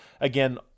again